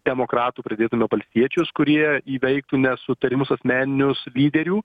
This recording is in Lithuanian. demokratų pridėtumėme valstiečius kurie įveiktų nesutarimus asmeninius lyderių